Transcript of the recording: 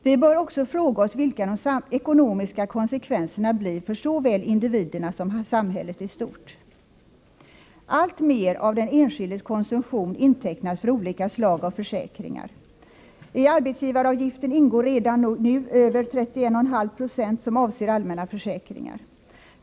Vi bör också fråga oss vilka de ekonomiska konsekvenserna blir för såväl individerna som samhället i stort. Alltmer av den enskildes konsumtion intecknas för olika slag av försäkringar. I arbetsgivaravgiften ingår redan nu över 31,5 96 som avser allmänna försäkringar.